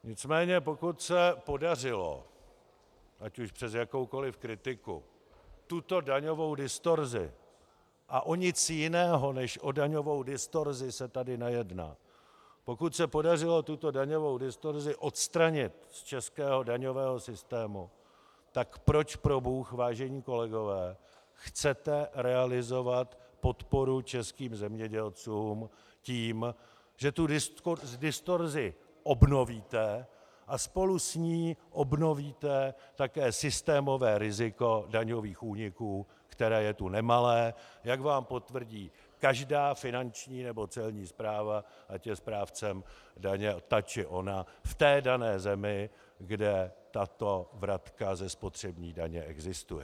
Nicméně pokud se podařilo ať už přes jakoukoliv kritiku tuto daňovou distorzi, a o nic jiného než o daňovou distorzi se tady nejedná, odstranit z českého daňového systému, tak proč probůh, vážení kolegové, chcete realizovat podporu českým zemědělcům tím, že tu distorzi obnovíte a spolu s ní obnovíte také systémové riziko daňových úniků, které je tu nemalé, jak vám potvrdí každá finanční nebo celní správa, ať je správcem daně ta či ona v té dané zemi, kde tato vratka ze spotřební daně existuje.